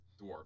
dwarves